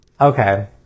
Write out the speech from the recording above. Okay